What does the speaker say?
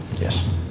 Yes